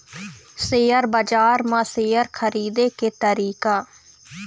Share बजार म share खरीदे के तरीका?